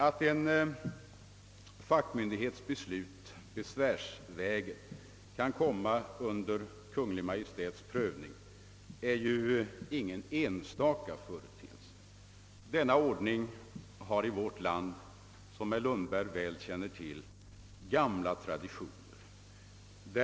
Att en fackmyndighets beslut besvärsvägen kommer under Kungl. Maj:ts Prövning är ingen enstaka företeelse. Den ordningen har, som herr Lundberg känner väl till, gamla traditioner i vårt land.